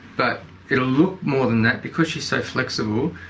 but it'll look more than that. because she's so flexible,